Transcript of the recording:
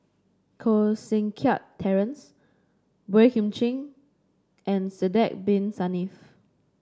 Koh Seng Kiat Terence Boey Kim Cheng and Sidek Bin Saniff